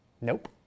Nope